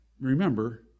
remember